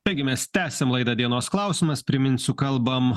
taigi mes tęsiam laidą dienos klausimas priminsiu kalbam